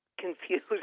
confused